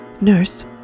Nurse